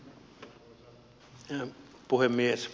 arvoisa puhemies